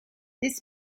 this